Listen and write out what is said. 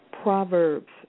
Proverbs